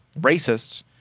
racist